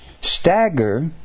Stagger